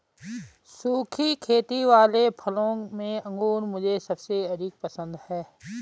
सुखी खेती वाले फलों में अंगूर मुझे सबसे अधिक पसंद है